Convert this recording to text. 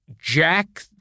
Jack